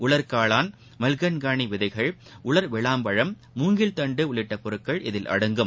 உலர் காளான் மல்கன்கானி விதைகள் உலர் விளாம்பழம் முங்கில் தண்டு உள்ளிட்ட பொருட்கள் இதில் அடங்கும்